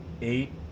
eight